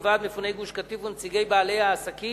ועד מפוני גוש-קטיף ונציגי בעלי העסקים.